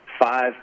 five